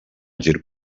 gir